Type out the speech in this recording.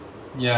ya